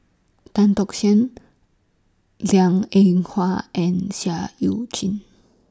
Tan Tock San Liang Eng Hwa and Seah EU Chin